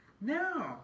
no